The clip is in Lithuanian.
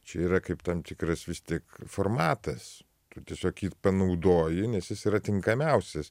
čia yra kaip tam tikras vis tik formatas tu tiesiog jį panaudoji nes jis yra tinkamiausias